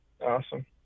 Awesome